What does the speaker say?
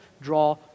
draw